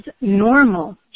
normal